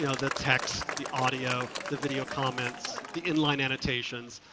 you know the text, the audio, the video comments, the inline annotations,